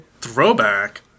Throwback